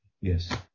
yes